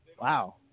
Wow